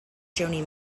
joni